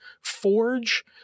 forge